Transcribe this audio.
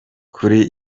kuri